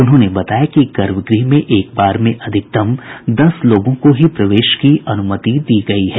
उन्होंने बताया कि गर्भगृह में एक बार में अधिकतम दस लोगों को ही प्रवेश की अनुमति दी गयी है